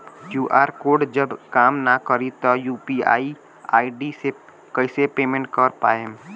QR code जब काम ना करी त यू.पी.आई आई.डी से कइसे पेमेंट कर पाएम?